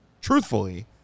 truthfully